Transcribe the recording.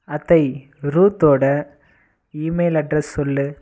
அத்தை ரூத்தோடய email address சொல்